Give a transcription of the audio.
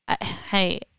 hey